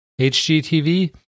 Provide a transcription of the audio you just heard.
HGTV